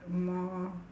more